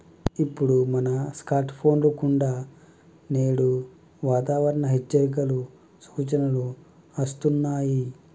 ఇప్పుడు మన స్కార్ట్ ఫోన్ల కుండా నేడు వాతావరణ హెచ్చరికలు, సూచనలు అస్తున్నాయి